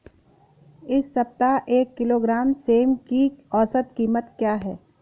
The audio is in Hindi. इस सप्ताह एक किलोग्राम सेम की औसत कीमत क्या है?